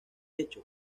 hecho